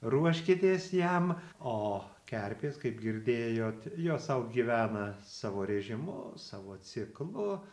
ruoškitės jam o kerpės kaip girdėjot jos sau gyvena savo režimu savo ciklu